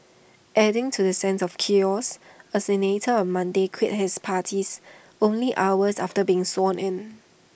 adding to the sense of chaos A senator on Monday quit his parties only hours after being sworn in